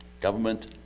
Government